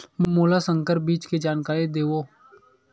मोला संकर बीज के जानकारी देवो?